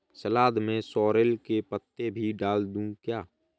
सलाद में सॉरेल के पत्ते भी डाल दूं क्या?